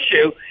issue